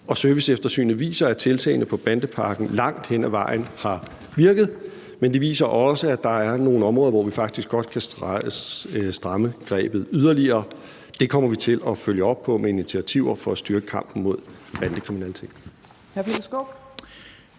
serviceeftersynet viser, at tiltagene på bandepakken langt hen ad vejen har virket, men det viser også, at der er nogle områder, hvor vi faktisk godt kan stramme grebet yderligere. Det kommer vi til at følge op på med initiativer for at styrke kampen mod bandekriminalitet.